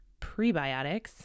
prebiotics